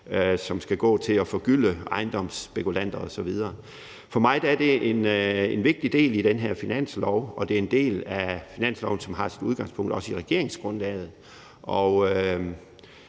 som skal gå til at forgylde ejendomsspekulanter osv. For mig er det en vigtig del i den her finanslov, og det er en del af finansloven, som har sit udgangspunkt i regeringsgrundlaget.